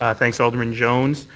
ah thanks, alderman jones.